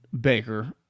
Baker